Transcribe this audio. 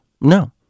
No